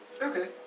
Okay